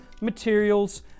materials